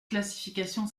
classification